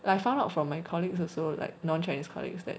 like I found out from my colleagues also like non chinese colleagues that